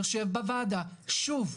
יושב בוועדה שוב?